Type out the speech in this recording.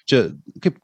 čia kaip